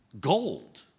Gold